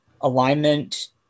alignment